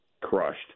crushed